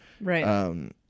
right